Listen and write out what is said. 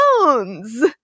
bones